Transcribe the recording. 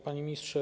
Panie Ministrze!